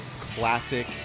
classic